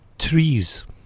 Trees